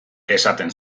esaten